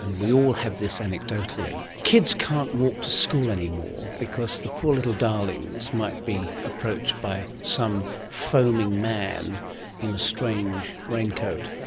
and we all have this anecdotally, that kids can't walk to school anymore because the poor little darlings might be approached by some foaming man in a strange raincoat,